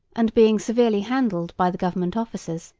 and being severely handled by the government officers,